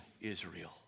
Israel